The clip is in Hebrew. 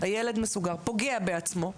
הילד מסוגר, פוגע בעצמו.